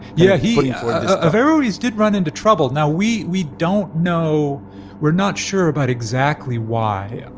yeah, he averroes did run into trouble. now, we we don't know we're not sure about exactly why. and